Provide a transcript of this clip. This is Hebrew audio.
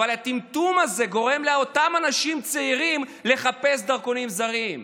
אבל הטמטום הזה גורם לאותם אנשים צעירים לחפש דרכונים זרים.